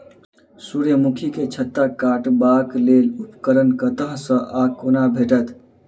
सूर्यमुखी केँ छत्ता काटबाक लेल उपकरण कतह सऽ आ कोना भेटत?